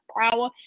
power